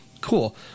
cool